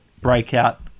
breakout